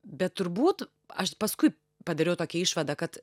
bet turbūt aš paskui padariau tokią išvadą kad